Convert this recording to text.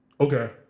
Okay